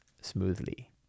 smoothly